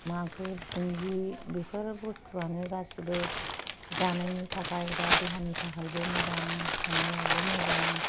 मागुर सिंगि बेफोर बुस्तुआनो गासिबो जानायनि थाखाय बा देहानि थाखायबो मोजां संनायावबो मोजां